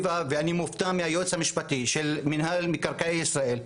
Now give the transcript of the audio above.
ואני מופתע מהיועץ המשפטי של מינהל מקרקעי ישראל,